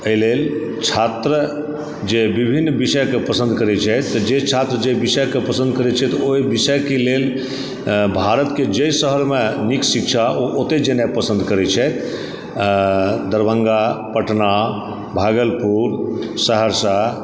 एहिलेल छात्र जे विभिन्न विषयके पसन्द करैत छथि जे छात्र जहि विषयके पसन्द करैत छथि ओ ओहि विषयके लेल भारतके जहि शहरमे नीक शिक्षा ओ ओतै जेनाइ पसंद करैत छथि अऽ दरभङ्गा पटना भागलपुर सहरसा